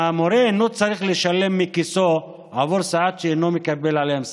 והמורה אינו צריך לשלם מכיסו עבור שעות שאינו מקבל עליהן שכר.